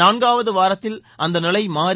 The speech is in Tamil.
நான்காவது வாரத்தில் அந்த நிலை மாறி